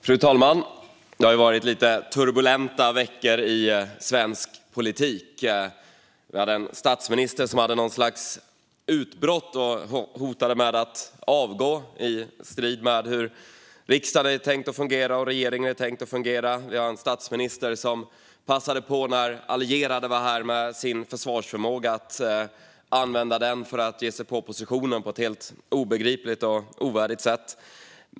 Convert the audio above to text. Fru talman! Det har varit lite turbulenta veckor i svensk politik. Vi hade en statsminister som hade något slags utbrott och hotade med att avgå i strid med hur riksdag och regering är tänkt att fungera. Vi har en statsminister som, när allierade var här med sin försvarsförmåga, passade att använda den för att ge sig på oppositionen på ett helt obegripligt och ovärdigt sätt.